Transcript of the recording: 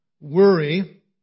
worry